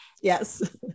yes